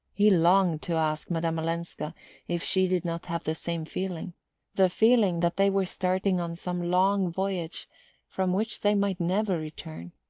he longed to ask madame olenska if she did not have the same feeling the feeling that they were starting on some long voyage from which they might never return.